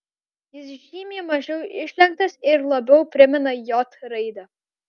jis žymiai mažiau išlenktas ir labiau primena j raidę